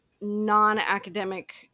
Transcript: non-academic